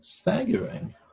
staggering